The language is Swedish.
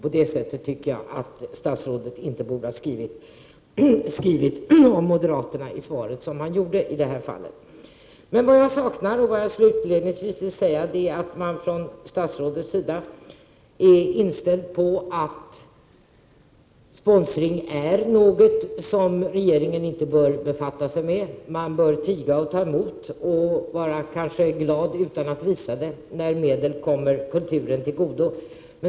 Jag tycker inte statsrådet borde ha uttryckt sig så i sitt svar om moderaterna som han gjorde. Slutligen måste jag konstatera att statsrådet har inställningen att sponsring är någonting som regeringen inte bör befatta sig med — man bör tiga och ta emot och vara glad utan att visa det när medel kommer kulturen till godo.